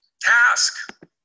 task